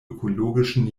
ökologischen